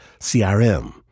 CRM